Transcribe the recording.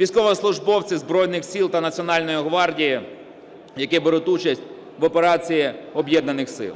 військовослужбовці Збройних Сил та Національної гвардії, які беруть участь в Операції Об'єднаних сил.